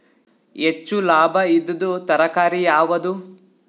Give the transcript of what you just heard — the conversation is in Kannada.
ಹೆಚ್ಚು ಲಾಭಾಯಿದುದು ತರಕಾರಿ ಯಾವಾದು?